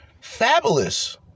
Fabulous